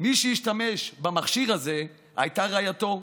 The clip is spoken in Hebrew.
מי שהשתמש במכשיר הזה הייתה רעייתו.